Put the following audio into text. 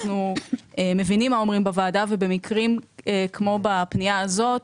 אנחנו מבינים מה אומרים בוועדה ובמקרים כמו בפנייה הזאת,